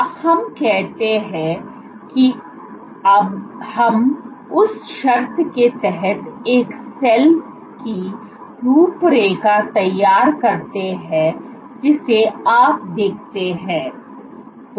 अब हम कहते हैं कि हम उस शर्त के तहत एक सेल की रूपरेखा तैयार करते हैं जिसे आप देखते हैं